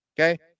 Okay